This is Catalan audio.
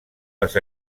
les